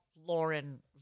lauren